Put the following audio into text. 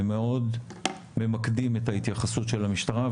הם מאוד ממקדים את ההתייחסות של המשטרה.